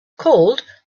called